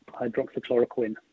hydroxychloroquine